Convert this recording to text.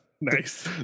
nice